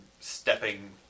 stepping